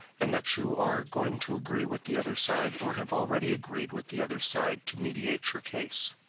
and that you are going to agree with the other side, or have already agreed with the other side, to mediate your case.